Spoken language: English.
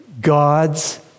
God's